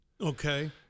Okay